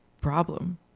problem